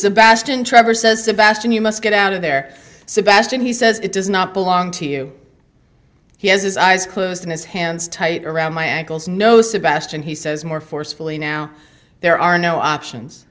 sebastian you must get out of there sebastian he says it does not belong to you he has his eyes closed and his hands tight around my ankles no sebastian he says more forcefully now there are no options